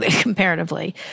comparatively